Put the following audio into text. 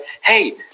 hey